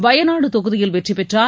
வயநாடு தொகுதியில் வெற்றி பெற்றார்